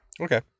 Okay